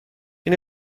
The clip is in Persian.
این